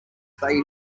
they